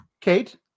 Kate